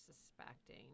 suspecting